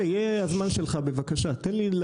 הזמן שלך יגיע, בבקשה, תן לי.